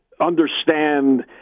understand